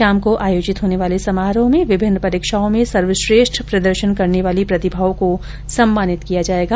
शाम को आयोजित होने वाले समारोह में विभिन्न परीक्षाओं में सर्वश्रेष्ठ प्रदर्शन करने वाली प्रतिमाओं को सम्मानित किया जायेगा